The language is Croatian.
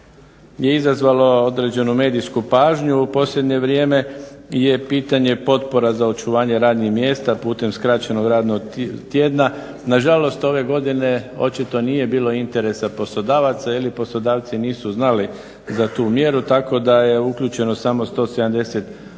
je izazvalo određenu medijsku pažnju u posljednje vrijeme je pitanje potpora za očuvanje radnih mjesta putem skraćenog radnog tjedna. Nažalost, ove godine očito nije bilo interesa poslodavaca jer poslodavci nisu znali za tu mjeru. Tako da je uključeno samo 170 osoba